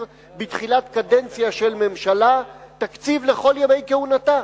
בתחילת קדנציה של ממשלה תקציב לכל ימי כהונתה.